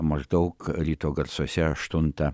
maždaug ryto garsuose aštuntą